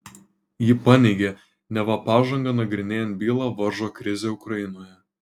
ji paneigė neva pažangą nagrinėjant bylą varžo krizė ukrainoje